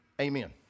Amen